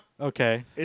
Okay